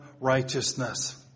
righteousness